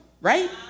right